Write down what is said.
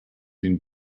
been